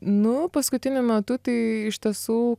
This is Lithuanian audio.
nu paskutiniu metu tai iš tiesų